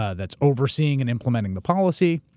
ah that's overseeing and implementing the policy.